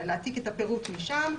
להעתיק את הפירוט משם.